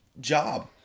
job